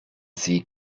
sie